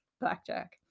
Blackjack